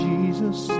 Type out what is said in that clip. Jesus